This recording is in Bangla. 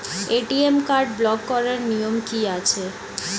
এ.টি.এম কার্ড ব্লক করার নিয়ম কি আছে?